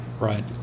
Right